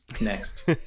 Next